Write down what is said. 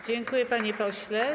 Dziękuję, panie pośle.